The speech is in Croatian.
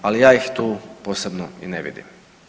Ali ja ih tu posebno i ne vidim.